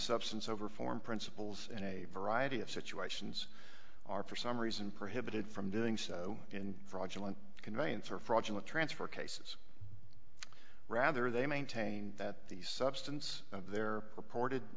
substance over form principles in a variety of situations are for some reason prohibited from doing so in fraudulent conveyance or fraudulent transfer cases rather they maintain that the substance of their reported